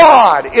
God